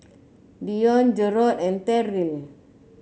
Dione Jerrod and Terrill